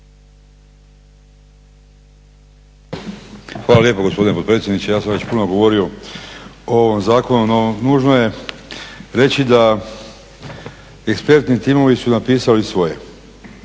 Hvala lijepo gospodine potpredsjedniče. Ja sam već puno govorio o ovom zakonu, no nužno je reći da ekspertni timovi su napisali svoje